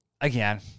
again